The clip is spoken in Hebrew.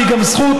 והיא גם זכות,